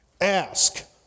ask